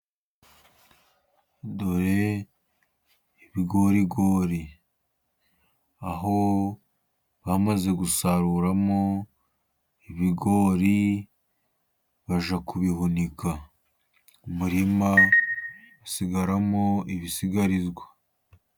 Dore ibigorigori, aho bamaze gusaruramo ibigori bajya kubihunika, umurima usigaramo ibisigarizwa.